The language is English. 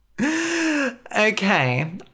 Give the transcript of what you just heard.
Okay